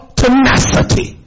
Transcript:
tenacity